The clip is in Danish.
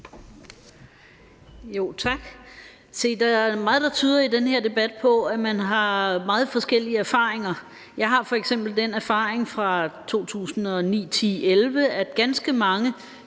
Tak. Se, der er meget, der i den her debat tyder på, at man har meget forskellige erfaringer. Jeg har f.eks. den erfaring fra 2009, 2010 og 2011, at ganske mange